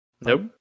Nope